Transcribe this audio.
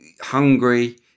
hungry